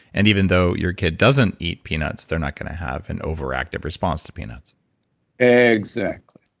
and even though your kid doesn't eat peanuts, they're not going to have an overactive response to peanuts exactly.